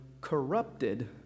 corrupted